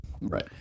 Right